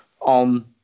on